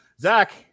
Zach